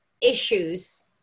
issues